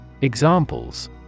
Examples